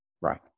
Right